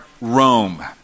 Rome